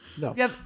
No